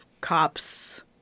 cops